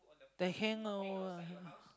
the hanger